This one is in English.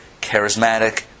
charismatic